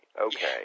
Okay